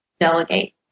delegate